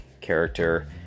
character